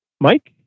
Mike